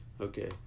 Okay